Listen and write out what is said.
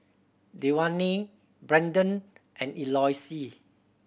Dewayne Brannon and Eloise